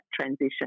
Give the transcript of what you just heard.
transition